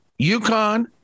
UConn